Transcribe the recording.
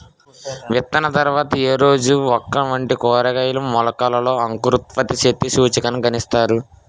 విత్తిన తర్వాత ఏ రోజున ఓక్రా వంటి కూరగాయల మొలకలలో అంకురోత్పత్తి శక్తి సూచికను గణిస్తారు?